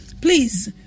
please